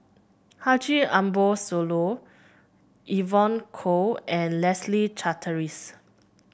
Haji Ambo Sooloh Evon Kow and Leslie Charteris